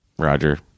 Roger